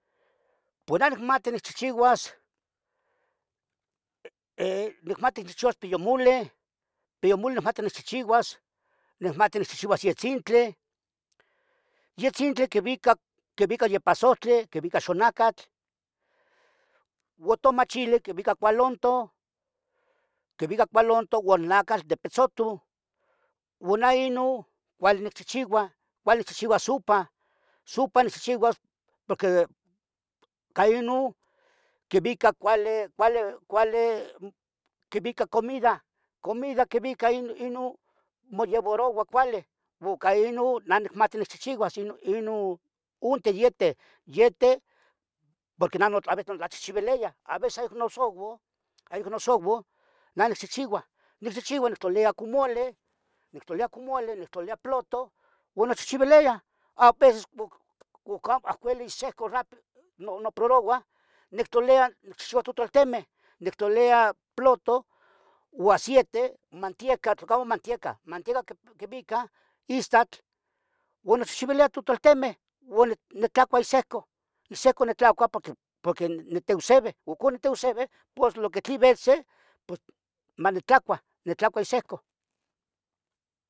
Por allí nicmati nicchehchiuas nicmati nicchehchiuas piyomoleh, Nicmati nicchihchiuas yetzintleh, yehtzintli quivica, ipasohtlih, quivica xonacatl. Uoh tomachili quiuica coalantoh, quiuica coalantoh uo nacatl de pitzotoh uo neh Iion cuali nechihchiua. Cuali nichihchiua supa, supa nichehcheuas ca inon quivica cuali, cuali, quivica cuali comida, comida quivica inon moyevaroya cuali uo cah inon neh nicmati nicchihchiuas Inon unteh yeteh, yeteh ohconon notlachehcheveliah aveces nosogouau, nosoguau… nah nichihchiua, neh nicchihchiua nitlalia ohco moleh, nictlalilia plotah uan nochihchiuileya nicchehcheua totoltimeh, nictlaliliya pluto o aciete o mantieca, tlocamo matiecah, mantieca quivicah, istlac uan nochihchiuilia totoltemeh, vielic. Nitlacaua ihsiuca, ihsiuca nitlacua nitiohsivi, ohcon nitiosivih pos lo que tlin vese manitlacua, nitlacua isiuca.